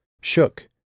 shook